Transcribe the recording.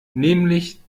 nämlich